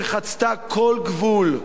שחצתה כל גבול,